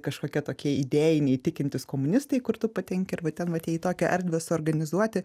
kažkokie tokie idėjiniai tikintys komunistai kur tu patenki arba ten vat jie į tokią erdvę suorganizuoti